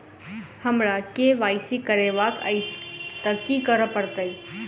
हमरा केँ वाई सी करेवाक अछि तऽ की करऽ पड़तै?